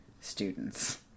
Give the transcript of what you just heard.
students